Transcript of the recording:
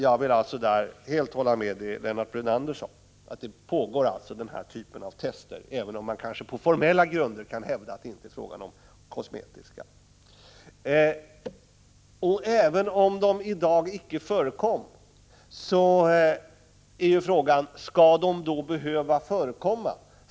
Jag instämmer helt i det Lennart Brunander sade om att den här typen av tester pågår, även om man kanske på formella grunder kan hävda att det inte är fråga om kosmetikatester. Även om sådana i dag inte förekommer är frågan: Skall detta behöva förekomma?